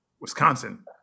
Wisconsin